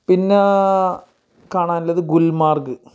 പിന്നെ കാണാനുള്ളത് ഗുൽമാർഗ്ഗ്